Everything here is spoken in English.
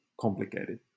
complicated